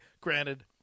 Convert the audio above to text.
Granted